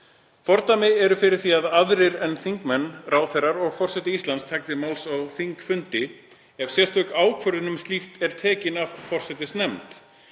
Fordæmi eru fyrir því að aðrir en þingmenn, ráðherrar og forseti Íslands taki til máls á þingfundi ef sérstök ákvörðun um slíkt er tekin af forsætisnefnd,